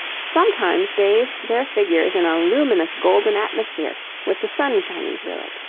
sometimes bathed their figures in a luminous golden atmosphere with the sun shining through it.